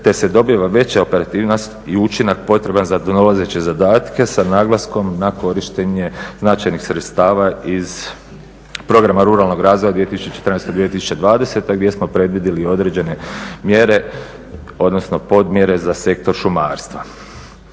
te se dobiva veća operativnost i učinak potreban za nadolazeće zadatke sa naglaskom na korištenje značajnih sredstava iz Programa ruralnog 2014.-2020. gdje smo predvidjeli i određene mjere odnosno podmjere za sektor šumarstva.